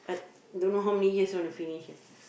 don't know how many years want to finish ah